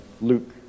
Luke